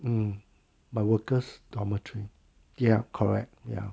hmm the workers' dormitory ya correct ya